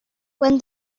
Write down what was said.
when